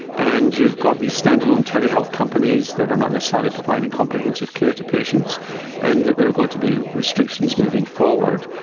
and you've got these standalone telehealth companies that are not necessarily providing comprehensive care to patients and that there are going to be restrictions moving forward.